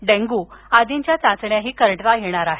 dengue आदीच्या चाचण्याही करता येणार आहेत